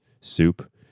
soup